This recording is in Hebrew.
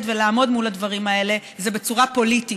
ולעמוד מול הדברים האלה זה בצורה פוליטית,